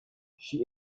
she